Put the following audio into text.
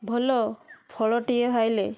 ଭଲ ଫଳଟିଏ ହେଲେ